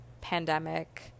pandemic